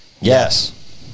Yes